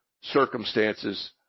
circumstances